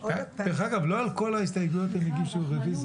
ההסתייגויות נגמרו.